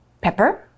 Pepper